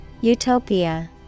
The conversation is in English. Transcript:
Utopia